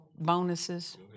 bonuses